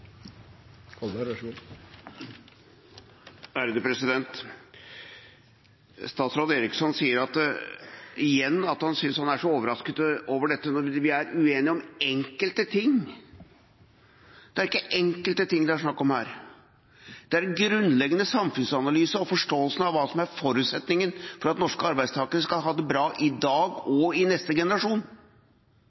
overrasket over dette – når vi er uenige om «enkelte ting». Det er ikke «enkelte ting» det er snakk om her. Det handler om den grunnleggende samfunnsanalysen og forståelsen av hva som er forutsetninga for at norske arbeidstakere skal ha det bra i dag og i neste generasjon.